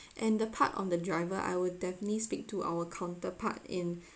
and the part on the driver I will definitely speak to our counterpart in